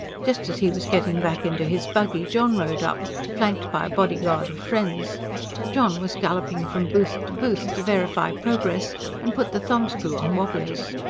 just as he was getting back into his buggy john rode up, flanked by a bodyguard of friends john was galloping from booth to booth, to verify progress and put the thumbscrew on wobblers.